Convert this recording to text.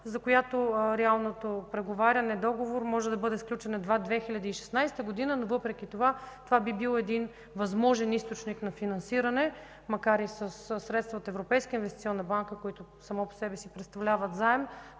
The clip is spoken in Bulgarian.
за която реалното преговаряне и договор може да бъде сключен едва през 2016 г., но въпреки това това би бил един възможен източник на финансиране, макар и със средства от Европейска инвестиционна банка, което само по себе си представлява заем,